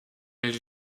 elle